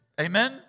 Amen